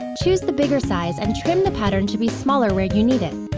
choose the bigger size and trim the pattern to be smaller where you need it.